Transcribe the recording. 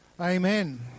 amen